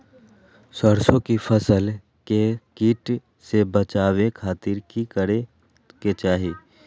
सरसों की फसल के कीट से बचावे खातिर की करे के चाही?